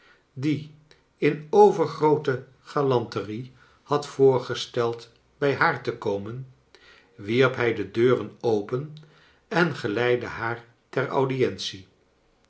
die in overgroote galanterie had voorgesteld bij haar te komen wierp hij de deuren open en geleidde haar ter audientie